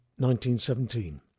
1917